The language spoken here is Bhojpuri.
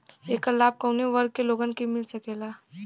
ऐकर लाभ काउने वर्ग के लोगन के मिल सकेला?